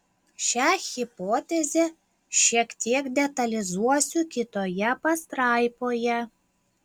šią hipotezę šiek tiek detalizuosiu kitoje pastraipoje